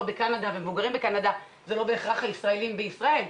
וגם מבוגרים בקנדה הם לא בהכרח הישראלים בישראל,